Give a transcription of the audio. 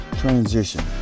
transition